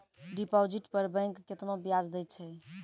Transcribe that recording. Deposit पर bank केतना ब्याज दै छै?